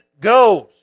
goes